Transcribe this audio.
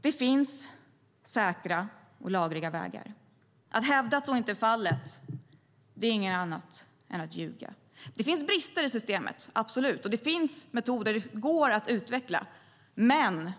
Det finns säkra och lagliga vägar. Att hävda att så inte är fallet är inget annat än att ljuga. Det finns absolut brister i systemet, och det finns metoder som kan utvecklas. Men